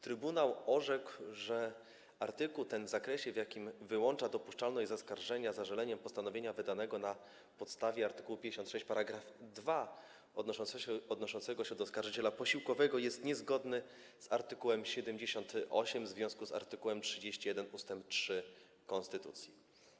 Trybunał orzekł, że artykuł ten w zakresie, w jakim wyłącza dopuszczalność zaskarżenia zażaleniem postanowienia wydanego na podstawie art. 56 § 2, który odnosi się do oskarżyciela posiłkowego, jest niezgodny z art. 78 w związku z art. 31 ust. 3 konstytucji.